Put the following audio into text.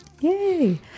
Yay